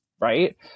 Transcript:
right